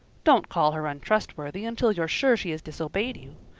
don't call her untrustworthy until you're sure she has disobeyed you.